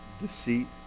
deceit